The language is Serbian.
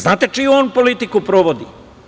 Znate li čiju on politiku sprovodi?